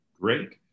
Great